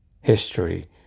History